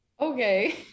Okay